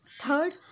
Third